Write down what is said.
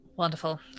Wonderful